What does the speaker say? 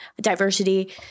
diversity